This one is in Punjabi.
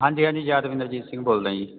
ਹਾਂਜੀ ਹਾਂਜੀ ਯਾਦਵਿੰਦਰਜੀਤ ਸਿੰਘ ਬੋਲਦਾਂ ਜੀ